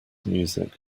music